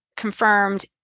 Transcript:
confirmed